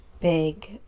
big